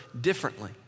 differently